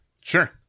Sure